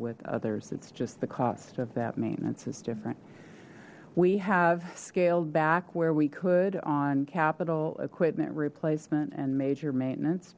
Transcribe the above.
with others it's just the cost of that maintenance is different we have scaled back where we could on capital equipment replacement and major maintenance